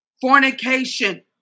Fornication